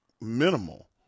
minimal